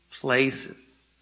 places